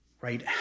Right